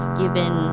given